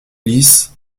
lys